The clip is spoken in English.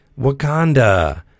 Wakanda